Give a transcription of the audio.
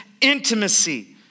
intimacy